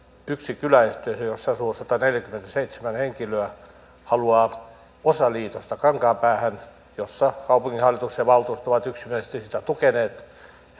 yksi kyläyhteisö jossa asuu sataneljäkymmentäseitsemän henkilöä haluaa osaliitosta kankaanpäähän jossa kaupunginhallitus ja valtuusto ovat yksimielisesti sitä tukeneet